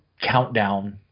countdown